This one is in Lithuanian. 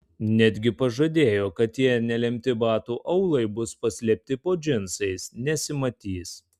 netgi pažadėjo kad tie nelemti batų aulai bus paslėpti po džinsais nesimatys